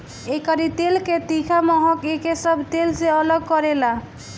एकरी तेल के तीखा महक एके सब तेल से अलग करेला